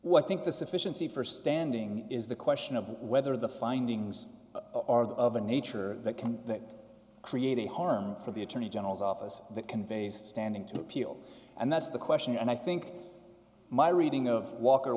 what think this efficiency for standing is the question of whether the findings are of a nature that can that create a harm for the attorney general's office that conveys standing to appeal and that's the question and i think my reading of walk